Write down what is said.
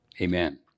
Amen